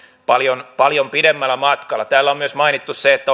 paljon paljon pidemmällä matkalla täällä on myös mainittu se että